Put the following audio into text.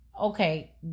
Okay